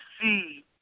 see